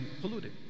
polluted